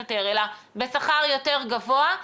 גבוה.